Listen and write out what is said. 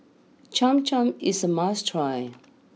Cham Cham is a must try